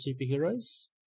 Superheroes